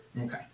Okay